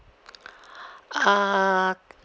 err